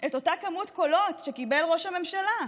את אותו מספר קולות שקיבל ראש הממשלה.